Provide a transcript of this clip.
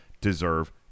deserve